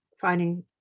finding